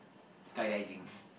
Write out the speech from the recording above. skydiving